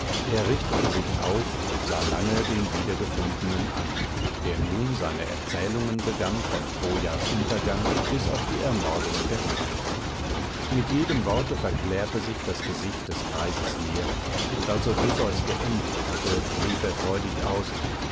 er richtete sich auf und sah lange den wiedergefundenen an der nun seine erzählungen begann von trojas untergang bis auf die ermordung der freier mit jedem worte verklärte sich das gesicht des greises mehr und als odysseus geendigt hatte rief er freudig aus